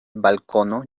balkono